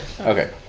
Okay